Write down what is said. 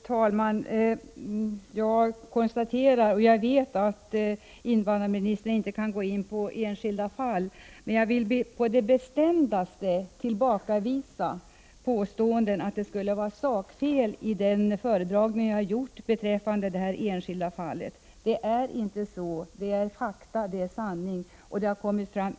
Herr talman! Jag vet att invandrarministern inte kan gå in på enskilda fall. På det bestämdaste vill jag dock tillbakavisa påståendet att det skulle finnas sakfel i den föredragning jag har gjort beträffande detta enskilda fall. Det är inte så. Det är fakta, och det är sanning.